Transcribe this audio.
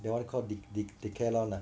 that [one] called Decathlon ah